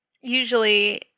Usually